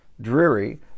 dreary